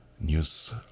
news